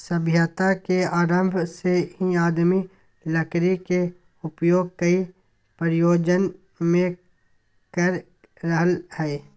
सभ्यता के आरम्भ से ही आदमी लकड़ी के उपयोग कई प्रयोजन मे कर रहल हई